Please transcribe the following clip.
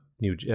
New